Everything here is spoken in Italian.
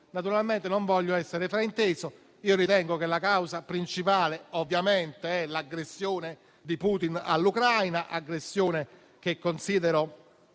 Naturalmente non voglio essere frainteso: io ritengo che la causa principale sia l'aggressione di Putin all'Ucraina; aggressione che considero